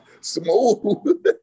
Smooth